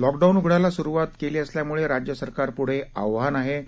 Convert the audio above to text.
lock उघडायला सुरुवात केली असल्यामुळे राज्य सरकारपुढं आव्हान आहे